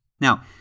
Now